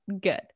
good